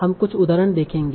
हम कुछ उदाहरण देखेंगे